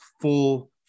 full